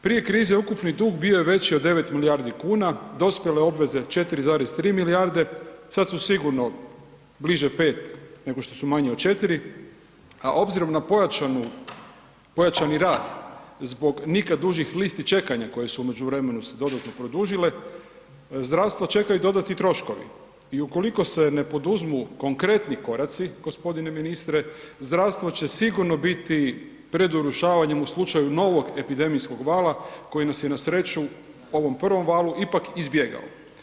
Prije krize ukupni dug bio je veći od 9 milijardi kuna, dospjele obveze 4,3 milijarde, sad su sigurno bliže 5 nego što su manje od 4, a obzirom na pojačani rad zbog nikad dužih listi čekanja koje su u međuvremenu se dodatno produžile, zdravstvo čeka i dodatni troškovi i ukoliko se ne poduzmu konkretni koraci g. ministre, zdravstvo će sigurno biti pred urušavanjem u slučaju novog epidemijskog vala koji nas je na sreću u ovom prvom valu, ipak izbjegao.